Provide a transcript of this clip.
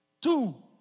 Two